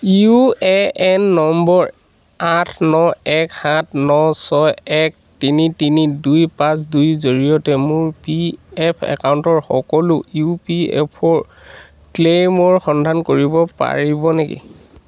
U A N নম্বৰ আঠ ন এক সাত ন ছয় এক তিনি তিনি দুই পাঁচ দুইৰ জৰিয়তে মোৰ পি এফ একাউণ্টৰ সকলো ইউ পি এফ অ'ৰ ক্লেইমৰ সন্ধান কৰিব পাৰিব নেকি